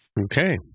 okay